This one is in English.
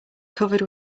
covered